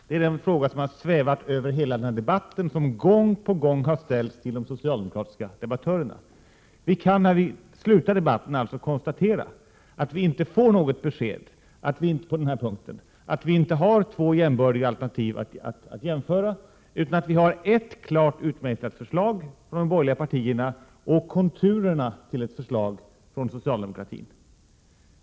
Det är den fråga som liksom har svävat över hela den här debatten och som gång på gång har ställts till de socialdemokratiska debattörerna. I slutskedet av debatten kan vi alltså konstatera att vi inte får något besked på den punkten, att vi inte har två jämbördiga alternativ. I stället har vi ett klart utmejslat förslag från de borgerliga partierna och konturerna till ett förslag från socialdemokraterna:.